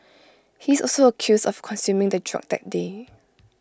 he is also accused of consuming the drug that day